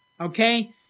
Okay